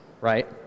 right